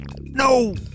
No